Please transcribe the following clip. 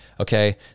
Okay